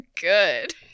good